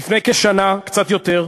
לפני כשנה, קצת יותר.